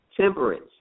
Temperance